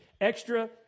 extra